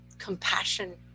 compassion